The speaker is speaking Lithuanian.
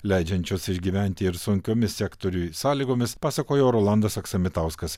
leidžiančius išgyventi ir sunkiomis sektoriui sąlygomis pasakojo rolandas aksamitauskas